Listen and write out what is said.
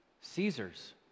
Caesar's